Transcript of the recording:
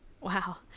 Wow